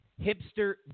hipster